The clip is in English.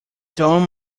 don